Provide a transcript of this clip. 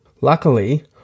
Luckily